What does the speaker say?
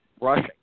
rushing